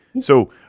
So-